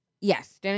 Yes